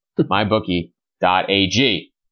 MyBookie.ag